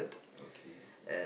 okay